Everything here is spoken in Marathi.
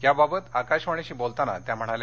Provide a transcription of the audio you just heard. याबाबत आकाशवाणीशी बोलताना त्या म्हणाल्या